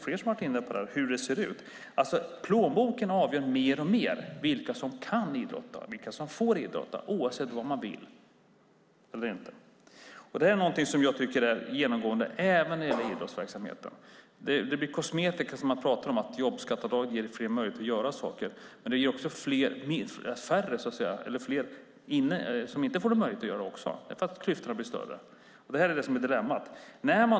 Flera har varit inne på hur det ser ut. Plånboken avgör mer och mer vilka som kan och får idrotta, oavsett vad man vill. Det är något genomgående, även när det gäller idrottsverksamheten. Det blir kosmetika när man pratar om att jobbskatteavdraget ger fler möjlighet att göra saker. Det ger också fler som inte får möjlighet att göra det. Klyftorna blir större. Det är detta som är dilemmat.